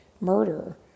murder